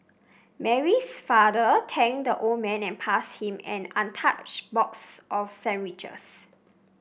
Mary's father thanked the old man and passed him an untouched box of sandwiches